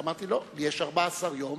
אמרתי שלא, שיש 14 יום